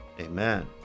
amen